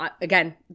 again